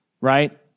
right